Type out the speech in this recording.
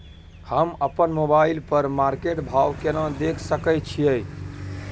हम अपन मोबाइल पर मार्केट भाव केना देख सकै छिये?